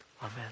Amen